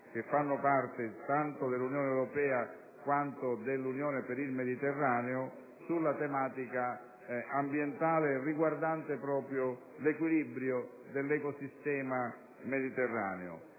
che fanno parte tanto dell'Unione europea, quanto dell'Unione per il Mediterraneo sulla tematica ambientale riguardante proprio l'equilibrio dell'ecosistema mediterraneo.